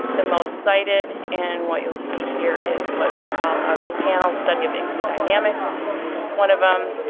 the most cited. and what you'll see here is what we call um the panel study of income dynamics is one of them,